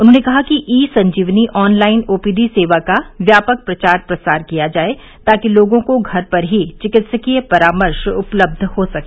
उन्होंने कहा कि ई संजीवनी ऑनलाइन ओपीडी सेवा का व्यापक प्रचार प्रसार किया जाए ताकि लोगों को घर पर ही चिकित्सकीय परामर्श उपलब्ध हो सके